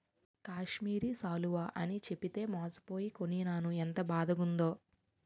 కాశ్మీరి శాలువ అని చెప్పితే మోసపోయి కొనీనాను ఎంత బాదగుందో